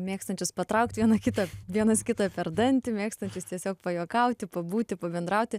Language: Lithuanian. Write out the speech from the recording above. mėgstančius patraukt vieną kitą vienas kitą per dantį mėgstančius tiesiog pajuokauti pabūti pabendrauti